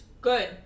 Good